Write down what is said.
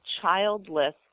childless